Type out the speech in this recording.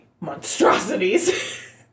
monstrosities